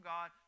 God